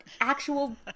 actual